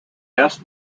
best